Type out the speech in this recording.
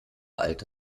alte